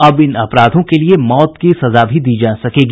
अब इन अपराधों के लिए मौत की सजा भी दी जा सकेगी